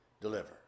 deliver